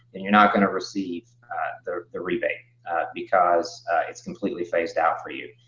then you're not going to receive the the rebate because it's completely phased out for you.